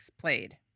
played